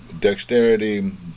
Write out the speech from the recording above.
dexterity